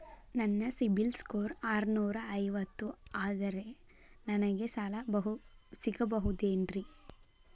ನನ್ನ ಸಿಬಿಲ್ ಸ್ಕೋರ್ ಆರನೂರ ಐವತ್ತು ಅದರೇ ನನಗೆ ಸಾಲ ಸಿಗಬಹುದೇನ್ರಿ?